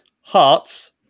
Hearts